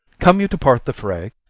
come you to part the fray?